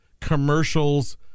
Commercials